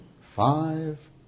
Five